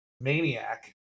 Maniac